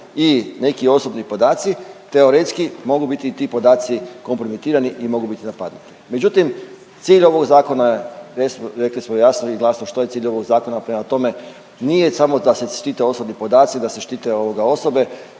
i neki osobni podaci teoretski mogu biti i ti podaci kompromitirani i mogu biti napadnuti. Međutim, cilj ovog zakona je rekli smo jasno i glasno što je cilj ovog zakona. Prema tome, nije samo da se štite osobni podaci, da se štite osobe.